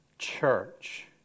church